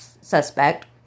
suspect